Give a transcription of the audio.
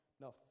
Now